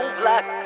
black